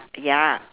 ya